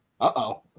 uh-oh